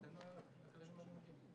בהתאם לכללים הנהוגים.